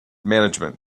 management